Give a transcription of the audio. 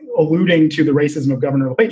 alluding to the racist. no governor,